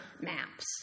maps